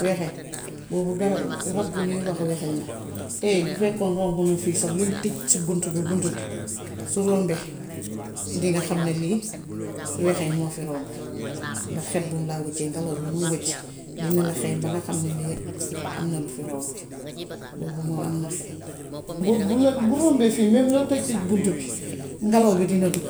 Wexeñ, boobu rab bu ñuy wax wexeñ la. Tay, bu fekkoon romb na fii sax, looy tëj ci bunt bi bunt bi su rombee, dinga xam ne yii wexeñ moo fi romb ndax xet bum laa wacee, ngelaw bi muy wacc, dina la xeeñ ba nga xam ne lii am na lu ci romb. Boobu moom am na xet. Boobu bu bu rombee fii mem loo tëj tëj buntu bi ngelaw bi dina dugg.